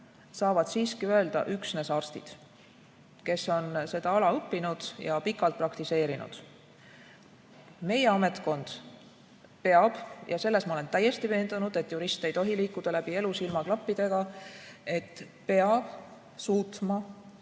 saavad siiski öelda üksnes arstid, kes on seda ala õppinud ja pikalt praktiseerinud. Meie ametkond peab – ja selles ma olen täiesti veendunud, et jurist ei tohi liikuda läbi elu silmaklappidega – suutma